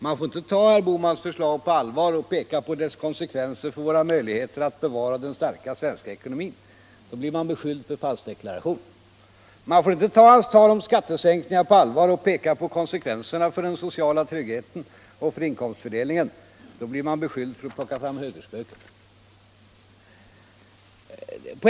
Man får inte ta herr Bohmans förslag på allvar och peka på deras konsekvenser för våra möjligheter att bevara den starka svenska ekonomin. Då blir man beskylld för falskdeklaration. Man får inte ta hans tal om skattesänkningar på allvar och peka på konsekvenserna för den sociala tryggheten och för inkomstfördelningen. Då blir man beskylld för att plocka fram högerspöket.